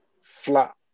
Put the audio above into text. flat